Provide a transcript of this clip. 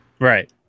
Right